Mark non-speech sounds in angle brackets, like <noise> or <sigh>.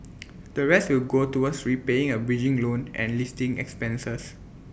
<noise> the rest will go towards repaying A bridging loan and listing expenses